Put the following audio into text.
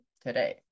today